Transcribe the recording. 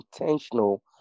intentional